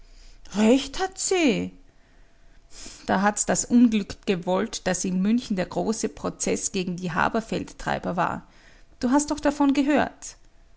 recht hat sie da hat's das unglück gewollt daß in münchen der große prozeß gegen die haberfeldtreiber war du hast doch davon gehört